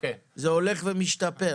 זה הולך ומשתפר.